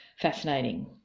fascinating